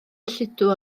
lludw